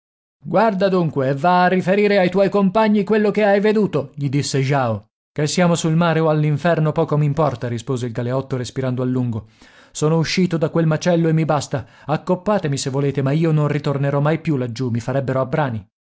guarda dunque e va a riferire ai tuoi compagni quello che hai veduto gli disse jao che siamo sul mare o all'inferno poco m'importa rispose il galeotto respirando a lungo sono uscito da quel macello e mi basta accoppatemi se volete ma io non ritornerò mai più laggiù i farebbero a brani